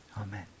Amen